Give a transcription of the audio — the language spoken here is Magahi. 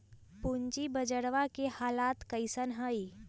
पूंजी बजरवा के हालत कैसन है?